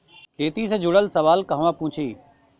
खेती से जुड़ल सवाल कहवा पूछी?